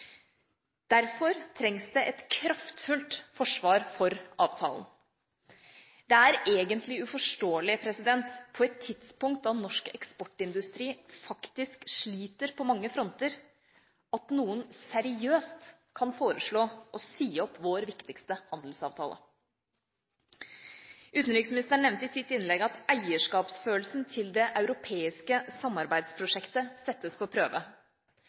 Derfor trengs det et kraftfullt forsvar for avtalen. Det er egentlig uforståelig, på et tidspunkt da norsk eksportindustri faktisk sliter på mange fronter, at noen seriøst kan foreslå å si opp vår viktigste handelsavtale. Utenriksministeren nevnte i sitt innlegg at eierskapsfølelsen til det europeiske samarbeidsprosjektet settes på prøve.